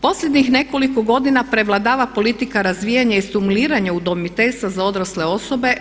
Posljednjih nekoliko godina prevladava politika razvijanja i stimuliranja udomiteljstva za odrasle osobe.